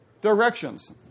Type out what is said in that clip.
directions